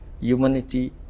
humanity